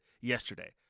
yesterday